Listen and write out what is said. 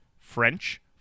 French